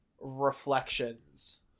reflections